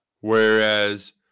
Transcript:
whereas